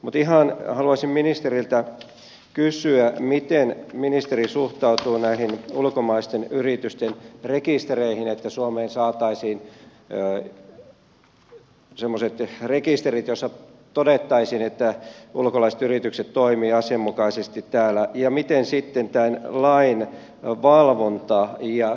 mutta ihan haluaisin ministeriltä kysyä miten ministeri suhtautuu näihin ulkomaisten yritysten rekistereihin että suomeen saataisiin semmoiset rekisterit joissa todettaisiin että ulkomaiset yritykset toimivat asianmukaisesti täällä ja miten sitten toimii tämän lain valvonta ja seuranta